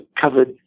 covered